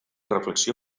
reflexió